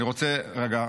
אני רוצה רגע,